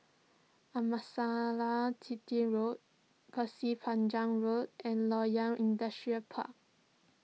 Amasalam Chetty Road Pasir Panjang Road and Loyang Industrial Park